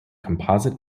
composite